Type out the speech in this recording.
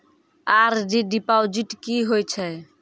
RD deposit की होय छै?